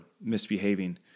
misbehaving